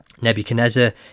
Nebuchadnezzar